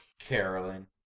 Carolyn